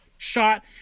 shot